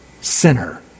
sinner